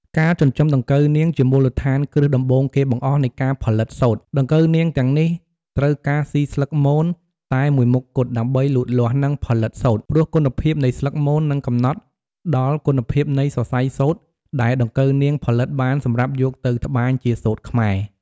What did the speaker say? ការចិញ្ចឹមដង្កូវនាង ជាមូលដ្ឋានគ្រឹះដំបូងគេបង្អស់នៃការផលិតសូត្រ ដង្កូវនាងទាំងនេះត្រូវការស៊ីស្លឹកមនតែមួយមុខគត់ដើម្បីលូតលាស់ និងផលិតសូត្រ ព្រោះគុណភាពនៃស្លឹកមននឹងកំណត់ដល់គុណភាពនៃសរសៃសូត្រដែលដង្កូវនាងផលិតបានសម្រាប់យកទៅត្បាញជាសូត្រខ្មែរ។